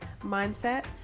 mindset